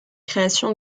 création